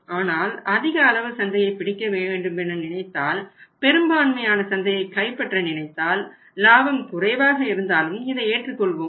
ஆனால் அதிக அளவு சந்தையை பிடிக்க வேண்டுமென நினைத்தால் பெரும்பான்மையான சந்தையை கைப்பற்ற நினைத்தால் லாபம் குறைவாக இருந்தாலும் இதை ஏற்றுக் கொள்வோம்